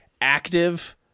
active